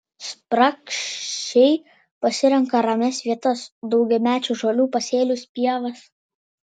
spragšiai pasirenka ramias vietas daugiamečių žolių pasėlius pievas